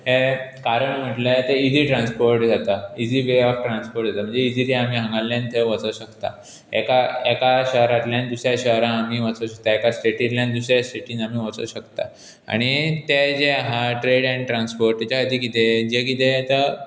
हें कारण म्हटल्यार ते इजी ट्रांसपोर्ट जाता इजी वे ऑफ ट्रांसपोर्ट जाता म्हणजे इजिली आमी हांगांतल्यान थंय वचूं शकता एका एका शहरांतल्यान दुसऱ्या शहरान आमी वचूं शकता एका स्टेटींतल्यान दुसऱ्या स्टेटीन आमी वचूं शकता आनी तें जें आसा ट्रेड एंड ट्रांसपोर्ट ते खातीर कितें जें कितें आतां